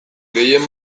gehien